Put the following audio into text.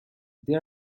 they